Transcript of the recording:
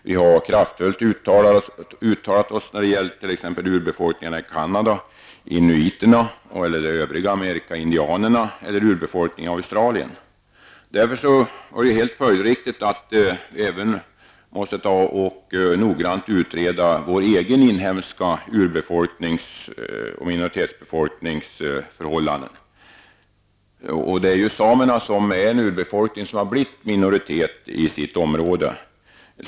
Vi har kraftfullt uttalat oss när det har gällt t.ex. urbefolkningarna i Kanada, inuiterna, indianerna i de övriga Amerika eller urbefolkningen i Det vore därför helt följdriktigt att noggrant utreda förhållandena bland vår egen inhemska urbefolkning och minoritetsbefolkning. Samerna är ju en urbefolkning som har blivit en minoritet i sitt område.